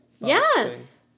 Yes